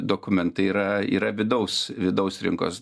dokumentai yra yra vidaus vidaus rinkos